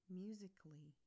musically